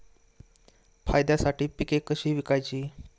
फायद्यासाठी पिके कशी विकायची?